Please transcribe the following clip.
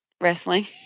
Wrestling